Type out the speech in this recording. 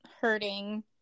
hurting